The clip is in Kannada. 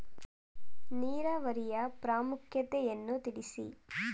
ನೀರಾವರಿಯ ಪ್ರಾಮುಖ್ಯತೆ ಯನ್ನು ತಿಳಿಸಿ?